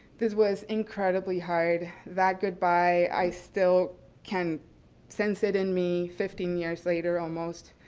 this was incredibly hard. that goodbye i still can sense it in me fifteen years later almost.